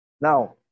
Now